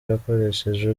yakoresheje